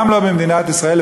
גם לא במדינת ישראל,